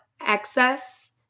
access